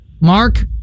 Mark